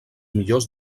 millors